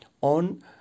on